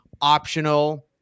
optional